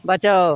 बचाउ